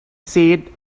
said